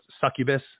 succubus